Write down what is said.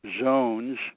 zones